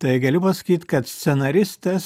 tai galiu pasakyt kad scenaristas